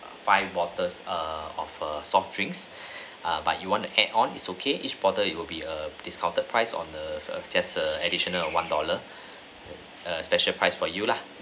five bottles err of err soft drinks ah but you want to add on is okay each bottle it will be a discounted price on the err just a additional of one dollar a special price for you lah